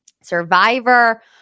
Survivor